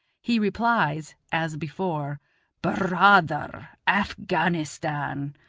he replies, as before bur-raa-ther, afghanistan,